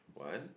one